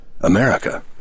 America